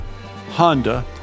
Honda